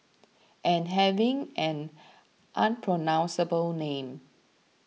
and having an unpronounceable name